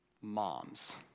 Moms